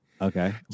Okay